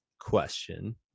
question